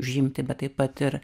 užimti bet taip pat ir